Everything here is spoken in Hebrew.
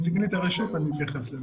ממשלה.